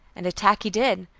and attack he did,